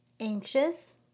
Anxious